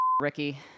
Ricky